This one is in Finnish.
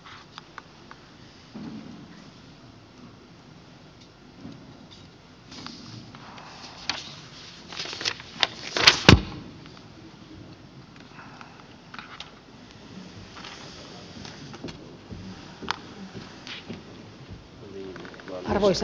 arvoisa herra puhemies